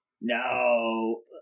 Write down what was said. No